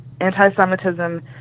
anti-Semitism